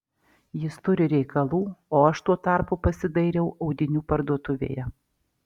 jis turi reikalų o aš tuo tarpu pasidairau audinių parduotuvėje